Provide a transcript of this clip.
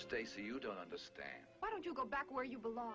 stacey you don't understand why don't you go back where you belong